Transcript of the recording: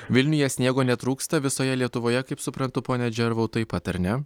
vilniuje sniego netrūksta visoje lietuvoje kaip suprantu pone džervau taip pat ar ne